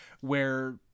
where-